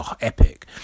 epic